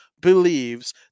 believes